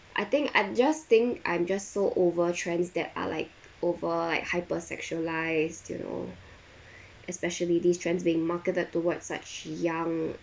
I think I just think I'm just so over trends that are like over like hyper sexualised you know especially these trends being marketed towards such young